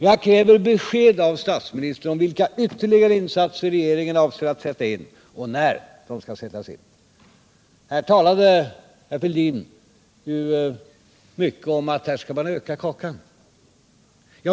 Jag kräver besked av statsministern om vilka ytterligare insatser regeringen avser att sätta in och när de skall sättas in. Herr Fälldin talade mycket om att man här skall öka kakan.